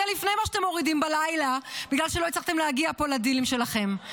זה לפני מה שאתם מורידים בלילה בגלל שלא הצלחתם להגיע פה לדילים שלכם.